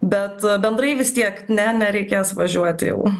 bet bendrai vis tiek ne nereikės važiuot jau